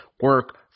Work